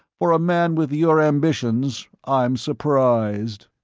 for a man with your ambitions, i'm surprised.